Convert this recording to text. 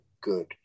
good